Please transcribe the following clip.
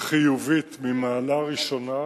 חיובית ממעלה ראשונה,